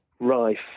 rife